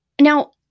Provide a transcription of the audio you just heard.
Now